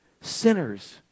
Sinners